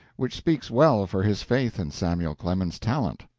which speaks well for his faith in samuel clemens's talent,